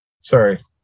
sorry